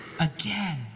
again